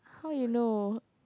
how you know